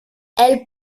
elle